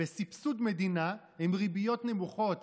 בסבסוד מדינה עם ריביות נמוכות,